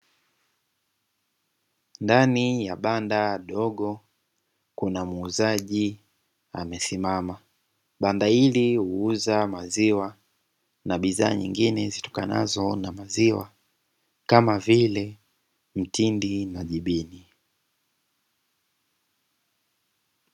Ndani ya banda dogo kuna muuzaji amesimama, banda hili huuza maziwa na bidhaa nyingine zitokanazo na maziwa kama vile mtindi na jibini.